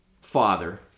father